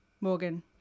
Morgan